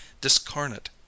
discarnate